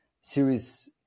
series